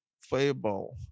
fable